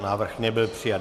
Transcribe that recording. Návrh nebyl přijat.